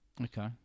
Okay